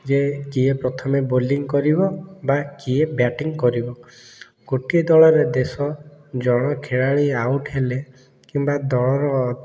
ଯେ କିଏ ପ୍ରଥମେ ବୋଲିଂ କରିବ ବା କିଏ ବ୍ୟାଟିଂ କରିବ ଗୋଟିଏ ଦଳରେ ଦେଶ ଜଣେ ଖେଳାଳି ଆଉଟ୍ ହେଲେ କିମ୍ବା ଦଳର